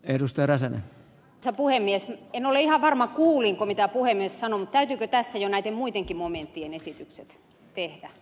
edusta räsänen sai puhemies en ole ihan varma kuulinko arvoisa puhemies sanoi taide vetää siinä kuitenkin mametin esitykset että